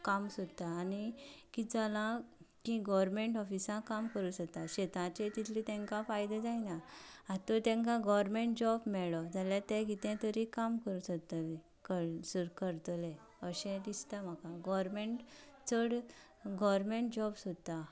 काम सोदता आनी कितें जालां की गव्हर्मेंट ऑफिसांत काम करूंक सोदतात शेतांचेर तितले तांका फायदो जायना आतां तर तांका गव्हरमेंट जॉब मेळ्ळो जाल्यार ते कितें तरी काम करूंक सोदतले करतले अशें दिसता म्हाका गव्हर्मेंट चड गव्हरमेंट जॉब सोदता